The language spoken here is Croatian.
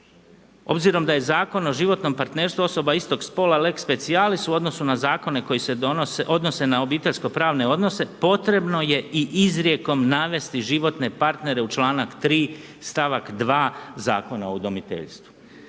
Obzirom da je Zakon o životnom partnerstvu osoba istog spola lex specialis u odnosu na zakone koji se odnose na obiteljsko-pravno odnose, potrebno je i izrijekom navesti životne partnere u članak 3. stavak 2. Zakona o udomiteljstvu.